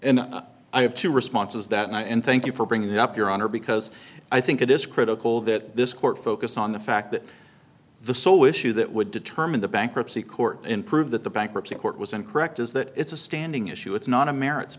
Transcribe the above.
well i have two responses that night and thank you for bringing that up your honor because i think it is critical that this court focus on the fact that the sole issue that would determine the bankruptcy court in prove that the bankruptcy court was incorrect is that it's a standing issue it's not a merits